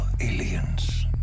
aliens